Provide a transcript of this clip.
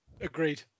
Agreed